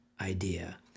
idea